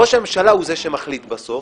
ראש הממשלה הוא זה שמחליט בסוף.